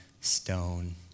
stone